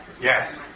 yes